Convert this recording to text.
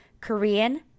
Korean